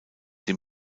dem